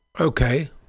Okay